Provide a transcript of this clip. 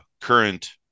current